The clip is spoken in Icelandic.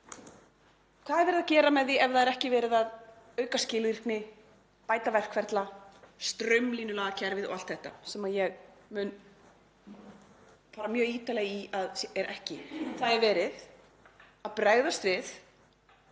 Hvað er verið að gera með því ef ekki er verið að auka skilvirkni, bæta verkferla, straumlínulaga kerfið og allt þetta, sem ég mun fara mjög ítarlega í að er ekki verið að gera? Það er verið að bregðast við